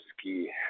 ski